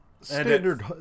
standard